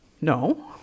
No